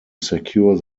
secure